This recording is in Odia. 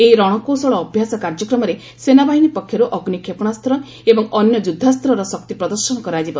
ଏହି ରଣ କୌଶଳ ଅଭ୍ୟାସ କାର୍ଯ୍ୟକ୍ରମରେ ସେନାବାହିନୀ ପକ୍ଷରୁ ଅଗ୍ରି କ୍ଷେପଶାସ୍ତ୍ର ଏବଂ ଅନ୍ୟ ଯୁଦ୍ଧାସ୍ତର ଶକ୍ତି ପ୍ରଦର୍ଶନ କରାଯିବ